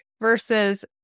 versus